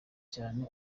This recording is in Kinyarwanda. cyane